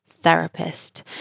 therapist